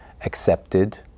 accepted